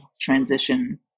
transition